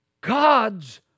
God's